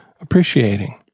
appreciating